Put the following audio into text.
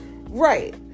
right